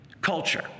culture